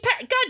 God